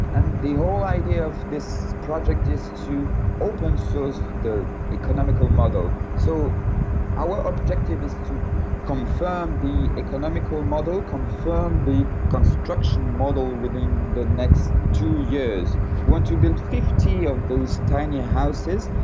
and the whole idea of this project is to open source the economical model. so our objective is to confirm the economical model, confirm the construction model within the next two years. we want to build fifty of those tiny houses,